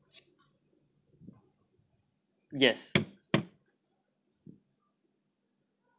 yes